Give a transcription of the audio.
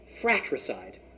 fratricide